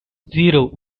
zero